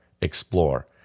explore